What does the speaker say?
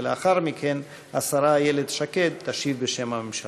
ולאחר מכן השרה איילת שקד תשיב בשם הממשלה.